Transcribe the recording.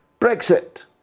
Brexit